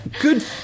Good